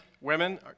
women